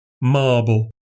marble